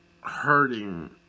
Hurting